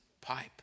pipe